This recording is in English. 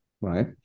right